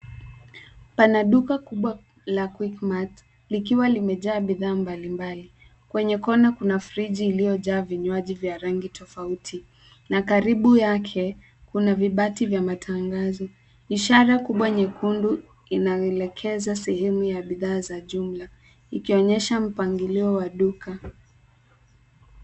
Pana duka kubwa la Quickmart likiwa limejaa bidhaa mbali mbali. Kwenye kona kuna friji iliyojaa vinywaji vya rangi tofauti na karibu yake kuna vibati vya matangazo. Ishara kubwa nyekundu inaelekeza sehemu ya bidhaa za jumla ikionyesha mpangilio wa duka.